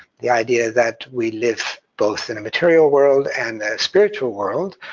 the idea that we live both in a material world and the spiritual world,